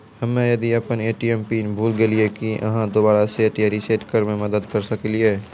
हम्मे यदि अपन ए.टी.एम पिन भूल गलियै, की आहाँ दोबारा सेट या रिसेट करैमे मदद करऽ सकलियै?